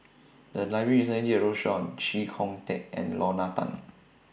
The Library recently did A roadshow on Chee Kong Tet and Lorna Tan